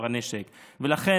לכן,